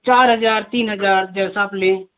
चार हज़ार तीन हज़ार जैसा आप लें